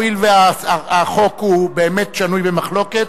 הואיל והחוק הוא באמת שנוי בחלוקת,